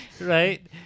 right